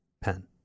pen